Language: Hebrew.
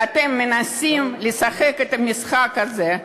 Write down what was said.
ואתם מנסים לשחק את המשחק הזה,